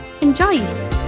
Enjoy